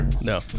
No